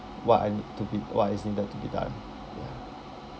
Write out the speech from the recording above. what I need to be what is needed to be done ya